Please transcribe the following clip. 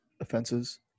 offenses